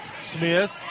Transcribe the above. Smith